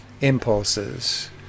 impulses